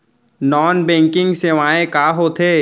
non banking सेवाएं का होथे